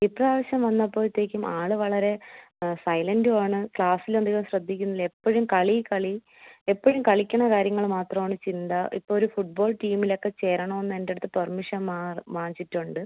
ഇപ്രാവശ്യം വന്നപ്പോഴത്തേയ്ക്കും ആൾ വളരെ സൈലൻറ്റുവാണ് ക്ലാസ്സിൽ അധികം ശ്രദ്ധിക്കുന്നില്ല എപ്പോഴും കളി കളി എപ്പോഴും കളിക്കണ കാര്യങ്ങൾ മാത്രവാണ് ചിന്ത ഇപ്പോൾ ഒരു ഫുട്ബോൾ ടീമിലക്കെ ചേരണമെന്ന് എൻ്റെടുത്ത് പെർമിഷൻ മാർ വാങ്ങിച്ചിട്ടുണ്ട്